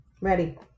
ready